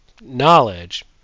knowledge